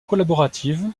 collaborative